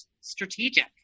strategic